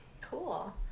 Cool